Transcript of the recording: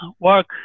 work